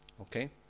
Okay